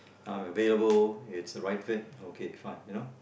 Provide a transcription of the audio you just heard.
I'm available it's the right fit okay fine you know